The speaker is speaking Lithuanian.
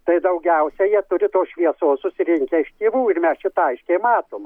tai daugiausia jie turi tos šviesos susirinkę iš tėvų ir mes šitą aiškiai matom